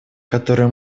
которые